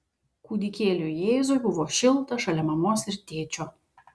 kūdikėliui jėzui buvo šilta šalia mamos ir tėčio